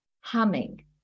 humming